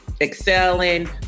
excelling